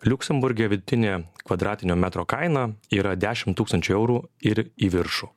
liuksemburge vidutinė kvadratinio metro kaina yra dešimt tūkstančių eurų ir į viršų